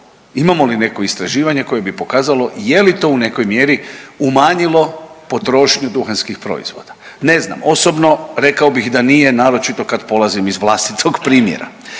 imamo li neko istraživanje koje bi pokazalo je li to u nekoj mjeri umanjilo potrošnju duhanskih proizvoda? Ne znam, osobno rekao bih da nije, naročito kad polazim iz vlastitog primjera.